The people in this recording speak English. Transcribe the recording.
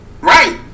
Right